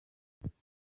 mfite